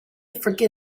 forget